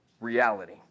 reality